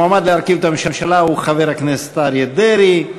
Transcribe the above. המועמד להרכיב את הממשלה הוא חבר הכנסת אריה דרעי.